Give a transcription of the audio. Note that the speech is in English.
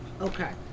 Okay